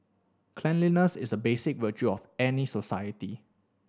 cleanliness is a basic virtue of any society